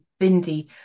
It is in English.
Bindi